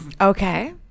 okay